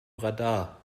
radar